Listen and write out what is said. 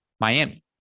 Miami